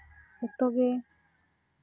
ᱡᱚᱛᱚᱜᱮ